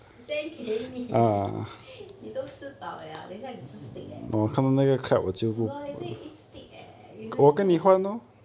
you saying me 你都吃饱了等一下你吃 steak leh !hannor! later you eat steak leh remind me of the